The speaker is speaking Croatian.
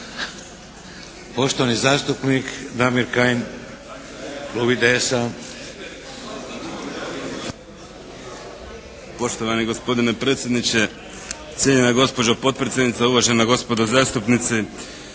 Poštovani zastupnik Damir Kajin, Klub IDS-a. **Kajin, Damir (IDS)** Poštovani gospodine predsjedniče, cijenjena gospođo potpredsjednica, uvažena gospodo zastupnici.